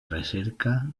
recerca